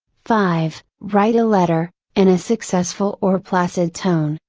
five write a letter, in a successful or placid tone.